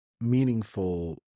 meaningful